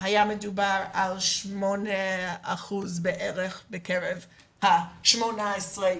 היה מדובר על 8% בגילאים החל מ-18,